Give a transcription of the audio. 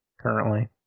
currently